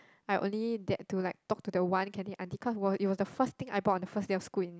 I only dared to like talk to the one canteen aunty cause was it was the first thing I bought on the first day of school in